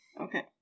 Okay